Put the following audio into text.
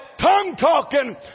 tongue-talking